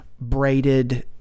braided